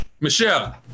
Michelle